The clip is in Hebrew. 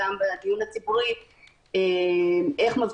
שעמדנו עליהם